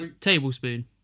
Tablespoon